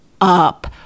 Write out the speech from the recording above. up